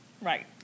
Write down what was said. Right